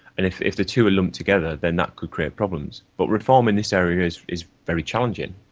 and if if the two are lumped together then that could create problems. but reform in this area is is very challenging,